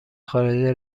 خارجه